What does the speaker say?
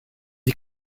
des